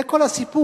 זה כל הסיפור.